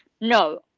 no